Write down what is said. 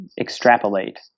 extrapolate